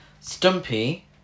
Stumpy